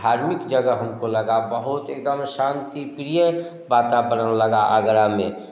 धार्मिक जगह हम को लगा बहुत एकदम शांति प्रिय वातावरण लगा आगरा में